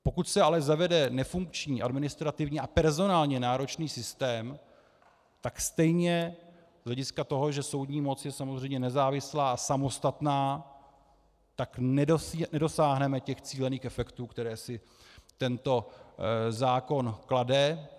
Pokud se ale zavede nefunkční administrativně a personálně náročný systém, tak stejně z hlediska toho, že soudní moc je samozřejmě nezávislá a samostatná, tak nedosáhneme těch cílených efektů, které si tento zákon klade.